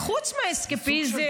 חוץ מהאסקפיזם.